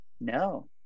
no